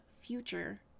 future